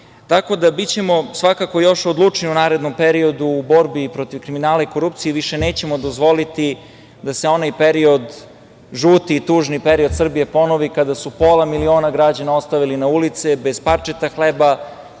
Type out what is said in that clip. mene si. Bićemo svakako još odlučniji u narednom periodu u borbi protiv kriminala i korupcije i više nećemo dozvoliti da se onaj period, žuti i tužni period, Srbije ponovi kada su pola miliona građana ostavili na ulicama, bez parčeta hleba,